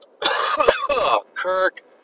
Kirk